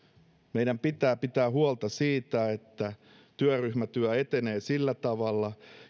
meidän pitää pitää huolta siitä että työryhmätyö etenee sillä tavalla